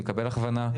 יקבל הכוונה,